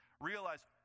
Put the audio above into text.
realize